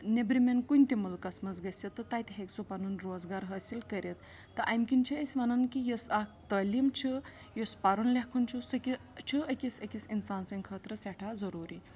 نیٚبرِمٮ۪ن کُنہِ تہِ مُلکَس منٛز گٔژھِتھ تہٕ تَتہِ ہیٚکہِ سُہ پَنُن روزگار حٲصِل کٔرِتھ تہٕ اَمہِ کِنۍ چھِ أسۍ وَنان کہِ یۄس اَکھ تٲلیٖم چھُ یُس پَرُن لٮ۪کھُن چھُ سُہ کہِ چھُ أکِس أکِس اِنسان سٕنٛدۍ خٲطرٕ سٮ۪ٹھاہ ضٔروٗری